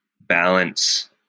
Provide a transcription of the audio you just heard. balance